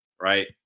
right